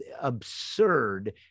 absurd